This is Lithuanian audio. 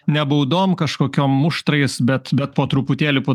ne baudom kažkokiom muštrais bet bet po truputėlį po